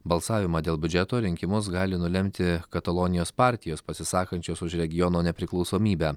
balsavimą dėl biudžeto rinkimus gali nulemti katalonijos partijos pasisakančios už regiono nepriklausomybę